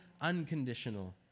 unconditional